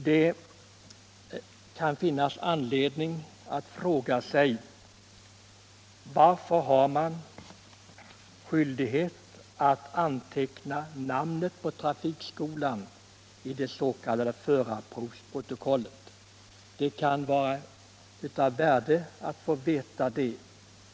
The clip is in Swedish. Det kan finnas anledning att fråga sig: Varför har man skyldighet att anteckna namnet på trafikskolan i det s.k. förarprovsprotokollet? Det kan vara av värde att få veta det.